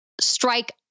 strike